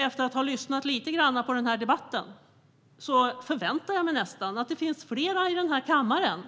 Efter att ha lyssnat lite grann på debatten förväntar jag mig att fler partier i kammaren